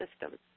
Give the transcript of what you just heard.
system